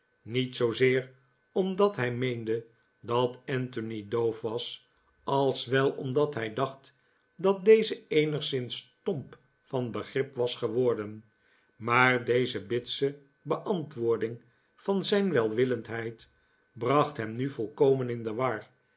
niet zoozeer omdat hij meende dat anthony doof was als wel omdat hij dacht dat deze eenigszins stomp van begrip was geworden maar deze bitse beantwoording van zijn welwillendheid bracht hem nu volkomen in de war